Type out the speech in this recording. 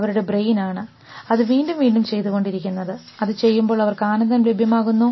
അവരുടെ ബ്രെയിൻ ആണ് അത് വീണ്ടും വീണ്ടും ചെയ്തുകൊണ്ടിരിക്കുന്നത് അത് ചെയ്യുമ്പോൾ അവർക്ക് ആനന്ദം ലഭ്യമാകുന്നു